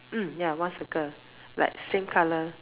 mm ya one circle like same color